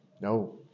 no